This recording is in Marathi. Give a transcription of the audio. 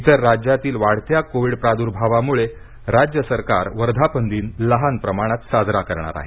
इतर राज्यातील वाढत्या कोविड प्रादु्भावामुळे राज्य सरकार वर्धापन दिन लहान प्रमाणात साजरा करणार आहे